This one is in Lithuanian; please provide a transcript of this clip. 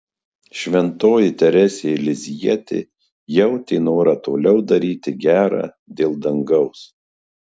šventoji teresė lizjietė jautė norą toliau daryti gera dėl dangaus